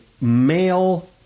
male